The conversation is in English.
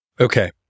Okay